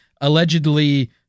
allegedly